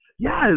Yes